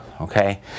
okay